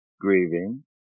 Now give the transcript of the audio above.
grieving